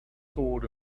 sword